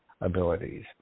abilities